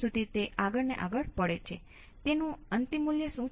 × તેની સામે અવરોધ ની ગણતરી કરો તે ટાઈમ કોંસ્ટંટ છે